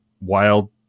wild